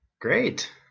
Great